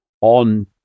on